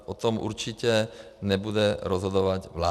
O tom určitě nebude rozhodovat vláda.